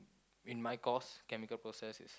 in my course chemical process